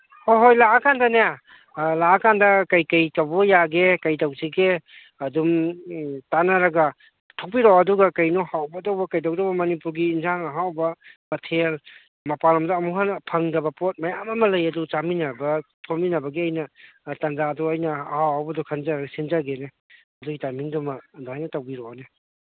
ꯍꯣꯏ ꯍꯣꯏ ꯂꯥꯛꯑꯀꯥꯟꯗꯅꯦ ꯂꯥꯛꯑꯀꯥꯟꯗ ꯀꯩꯀꯩ ꯇꯧꯕ ꯌꯥꯒꯦ ꯀꯩꯀꯩ ꯇꯧꯁꯤꯒꯦ ꯑꯗꯨꯝ ꯇꯥꯅꯔꯒ ꯊꯣꯛꯄꯤꯔꯛꯑꯣ ꯑꯗꯨꯒ ꯀꯩꯅꯣ ꯍꯥꯎꯒꯗꯧꯕ ꯀꯩꯗꯧꯗꯧꯕ ꯃꯅꯤꯄꯨꯔꯒꯤ ꯏꯟꯖꯥꯡ ꯑꯍꯥꯎꯕ ꯃꯊꯦꯜ ꯃꯄꯥꯜꯂꯝꯗ ꯑꯃꯨꯛ ꯍꯟꯅ ꯐꯪꯗꯕ ꯄꯣꯠ ꯃꯌꯥꯝ ꯑꯃ ꯂꯩ ꯑꯗꯨ ꯆꯥꯃꯤꯟꯅꯕ ꯈꯣꯠꯃꯤꯟꯟꯕꯒꯤ ꯑꯩꯅ ꯇꯟꯖꯥꯗꯣ ꯑꯩꯅ ꯑꯍꯥꯎ ꯑꯍꯥꯎꯕꯗꯣ ꯈꯟꯖꯔꯒ ꯁꯤꯟꯖꯒꯦꯅꯦ ꯑꯗꯨꯏ ꯇꯥꯏꯃꯤꯡꯗꯨꯃ ꯑꯗꯨꯃꯥꯏꯅ ꯇꯧꯕꯤꯔꯛꯑꯣꯅꯦ